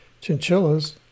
chinchillas